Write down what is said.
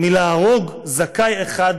מלהרוג זכאי אחד